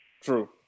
true